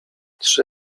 trzy